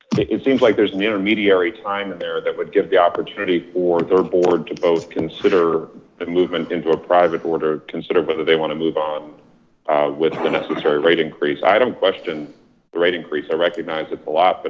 it seems like there's an intermediary time in there that would give the opportunity for their board to both consider the movement into a private order, consider whether they want to move on with the necessary rate increase. i don't question the rate increase, i recognize it a lot, but